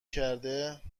کرده